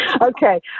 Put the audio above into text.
Okay